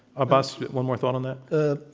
abbas, one more thought on that? ah